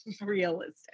realistic